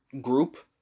group